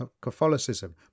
Catholicism